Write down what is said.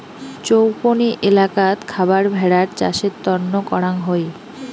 চৌকনি এলাকাত খাবার ভেড়ার চাষের তন্ন করাং হই